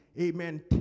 amen